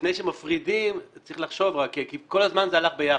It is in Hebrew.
לפני שמפרידים צריך לחשוב רק כי כל הזמן זה הלך ביחד.